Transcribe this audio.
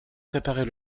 préparer